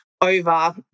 over